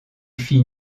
fit